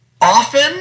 often